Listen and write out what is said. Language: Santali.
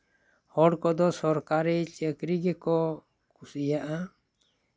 ᱦᱚᱲ ᱠᱚᱫᱚ ᱥᱚᱨᱠᱟᱨᱤ ᱪᱟᱹᱠᱨᱤ ᱜᱮᱠᱚ ᱠᱩᱥᱤᱭᱟᱜᱼᱟ